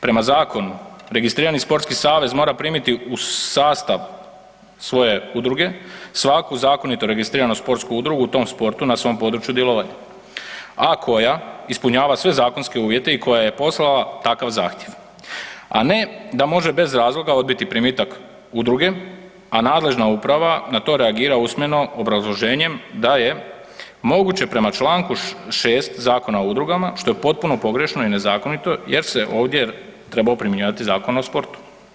Prema zakonu registrirani Sportski savez mora primiti u sastav svoje udruge svaku zakonito registriranu sportsku udrugu u tom sportu na svom području djelovanja, a koja ispunjava sve zakonske uvjete i koja je poslala takav zahtjev, a ne da može bez razloga odbiti primitak udruge, a nadležna uprava na to reagira usmeno obrazloženjem da je moguće prema čl. 6. zakona o udrugama, što je potpuno pogrešno i nezakonito jer se ovdje trebao primjenjivati Zakon o sportu.